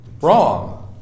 wrong